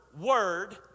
word